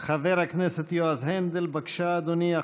חבר הכנסת יועז הנדל, בבקשה, אדוני.